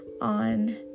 on